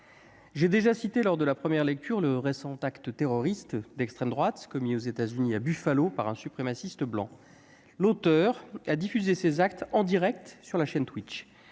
J'ai évoqué, lors de la première lecture de ce texte, le récent acte terroriste d'extrême droite commis aux États-Unis, à Buffalo, par un suprématiste blanc. L'auteur a diffusé ses actes en direct sur Twitch.